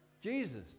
Jesus